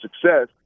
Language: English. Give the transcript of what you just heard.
success